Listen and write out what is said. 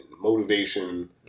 motivation